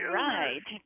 right